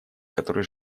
который